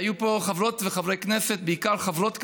היו פה חברות וחברי כנסת, בעיקר חברות כנסת,